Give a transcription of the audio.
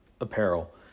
apparel